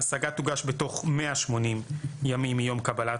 ההשגה תוגש בתוך 180 ימים מיום קבלת